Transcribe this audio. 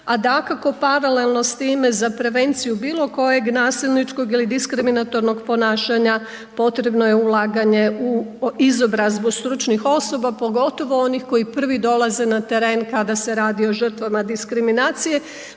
a dakako paralelno sa time za prevenciju bilo kojeg nasilničkog ili diskriminatornog ponašanja potrebno je ulaganje u izobrazbu stručnih osoba pogotovo onih koji prvi dolaze na teren kada se radi o žrtvama diskriminacije.